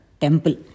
temple